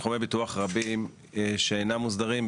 בתחומי ביטוח רבים שאינם מוסדרים,